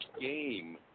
game